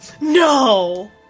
No